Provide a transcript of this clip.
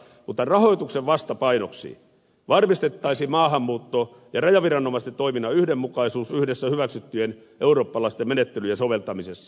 mutta rahoituksen vastapainoksi varmistettaisiin maahanmuutto ja rajaviranomaisten toiminnan yhdenmukaisuus yhdessä hyväksyttyjen eurooppalaisten menettelyjen soveltamisessa